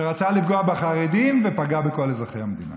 שרצה לפגוע בחרדים ופגע בכל אזרחי המדינה.